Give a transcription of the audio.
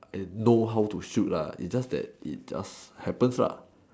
and know how to shoot lah is just that it just happens lah